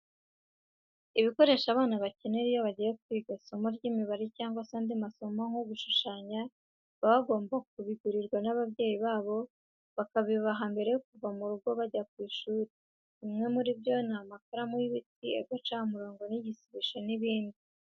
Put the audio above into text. Ibikoresho abana bakenera iyo bagiye kwiga isomo ry'imibare cyangwa se andi masomo nko gushushanya, baba bagomba kubigurirwa n'ababyeyi babo bakabihabwa mbere yo kuva mu rugo bajya ku ishuri. Bimwe muri byo ni amakaramu y'ibiti, agacamurongo, agasibisho n'ibindi.